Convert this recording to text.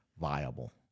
viable